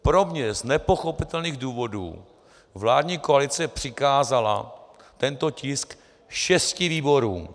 Pro mne z nepochopitelných důvodů vládní koalice přikázala tento tisk šesti výborům.